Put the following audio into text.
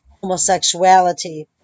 homosexuality